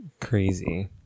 crazy